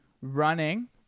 running